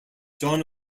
john